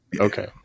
Okay